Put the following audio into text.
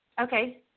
Okay